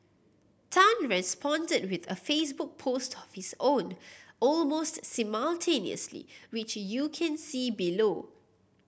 Tan responded with a Facebook post of his own almost simultaneously which you can see below